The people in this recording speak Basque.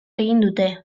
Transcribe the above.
dute